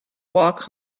walk